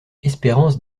espérance